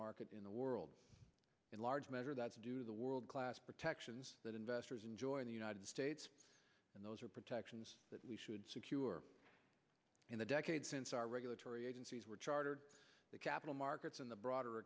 market in the world in large measure that's due to the world class protections that investors enjoy in the united states and those are protections that we should secure in the decades since our regulatory agencies were chartered the capital markets and the broader